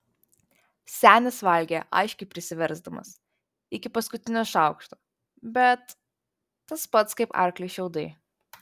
senis valgė aiškiai prisiversdamas iki paskutinio šaukšto bet tas pats kaip arkliui šiaudai